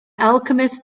alchemist